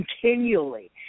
continually